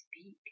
speak